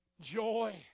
Joy